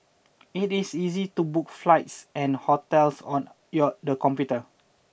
it is easy to book flights and hotels on the computer